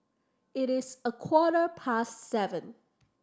it is a quarter past seven